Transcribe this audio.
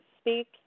speak